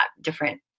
different